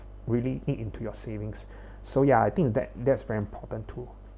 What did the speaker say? really eat into your savings so ya I think that that's very important too